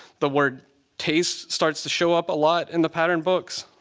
the word taste starts to show up a lot in the pattern books.